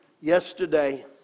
yesterday